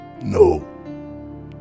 no